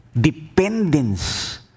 Dependence